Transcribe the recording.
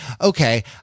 okay